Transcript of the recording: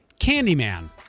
Candyman